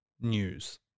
news